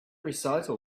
recital